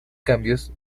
cambios